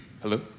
Hello